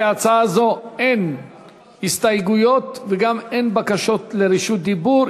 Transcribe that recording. להצעה זו אין הסתייגויות וגם אין בקשות לרשות דיבור.